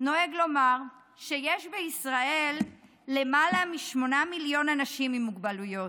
נוהג לומר שיש בישראל למעלה משמונה מיליון אנשים עם מוגבלויות,